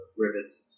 rivets